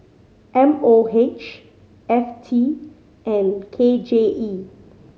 M O H F T and K J E